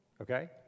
Okay